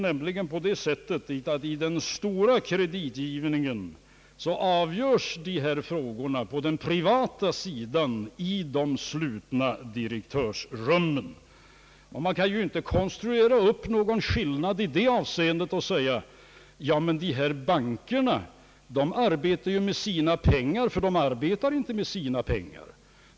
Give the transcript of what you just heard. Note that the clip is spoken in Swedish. Vid den stora kreditgivningen avgörs nämligen dessa frågor inom den privata sektorn i de slutna direktörsrummen. Det är ju inte möjligt att konstruera upp någon skillnad i det avseendet och säga: Men de privata bankerna arbetar ju med sina pengar. Det gör de nämligen inte alls!